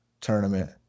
tournament